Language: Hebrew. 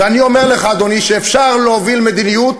ואני אומר לך, אדוני, שאפשר להוביל מדיניות